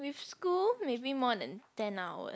with school maybe more than ten hour